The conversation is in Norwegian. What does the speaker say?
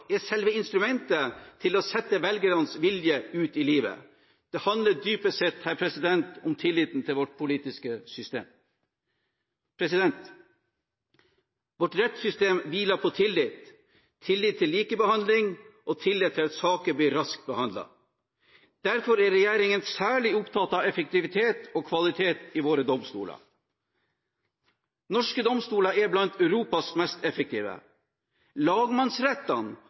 er instrumentet til å sette velgernes vilje ut i livet. Det handler dypest sett om tilliten til vårt politiske system. Vårt rettssystem hviler på tillit – tillit til likebehandling og tillit til at saker blir raskt behandlet. Derfor er regjeringen særlig opptatt av effektivitet og kvalitet i våre domstoler. Norske domstoler er blant de mest effektive i Europa. Lagmannsrettene